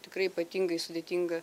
tikrai ypatingai sudėtinga